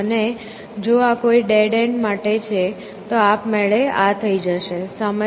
અને જો આ કોઈ ડેડ એન્ડ માટે છે તો આપમેળે આ થઈ જશે